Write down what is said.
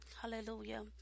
Hallelujah